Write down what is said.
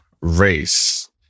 race